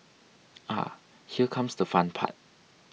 ah here comes the fun part